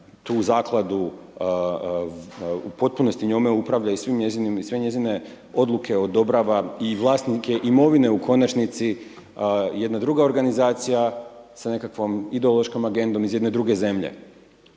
tu zakladu u potpunosti njome upravlja i sve njezine odluke odobrava i vlasnike imovine u konačnici jedna druga organizacija sa nekakvom ideološkom agendom iz jedne druge zemlje,